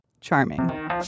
charming